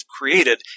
created